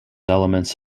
elements